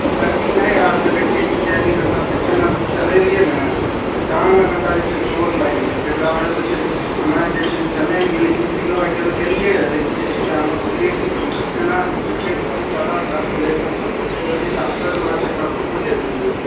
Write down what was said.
sir ji नहि आबि सकै छियै कियाकि कनिटा सेक्शनमे खेलै रहियै ने तऽ टाङ्गमे कनिटा छै चोट लागि गेलै हँ जकरा वजहसँ जे छै हमे जे छै खेलै रहियै लेकिन तैयो आइ काल्हि गेलियै रऽ लेकिन जे छै ने हमे बुझलियै की एना जे छै बहुत जादा दर्द होइ रहै तैं खातिर जे गेलियै डॉक्टर लगा चेकअप लए बुझलियै सर जी